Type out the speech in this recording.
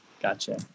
gotcha